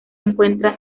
encuentra